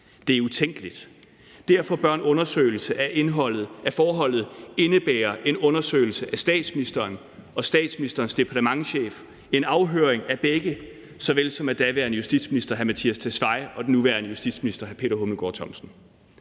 Det er utænkeligt. Derfor bør en undersøgelse af forholdet indebære en undersøgelse af statsministeren og statsministerens departementschef, en afhøring af begge, såvel som af daværende justitsminister hr. Mattias Tesfaye og den nuværende justitsminister. Vi har brug for at komme